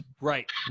Right